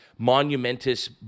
monumentous